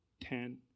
Ten